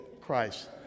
Christ